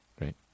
right